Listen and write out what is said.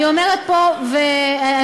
אני עומדת פה ואומרת: